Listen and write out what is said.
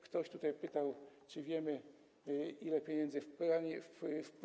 Ktoś tutaj pytał, czy wiemy, ile pieniędzy wpłynie.